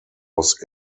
was